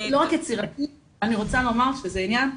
לא רק יצירתי, אני רוצה לומר שזה עניין,